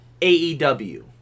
AEW